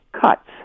cuts